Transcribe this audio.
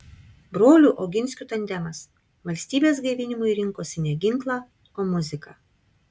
brolių oginskių tandemas valstybės gaivinimui rinkosi ne ginklą o muziką